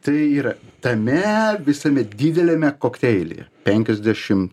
tai yra tame visame dideliame kokteilyje penkiasdešim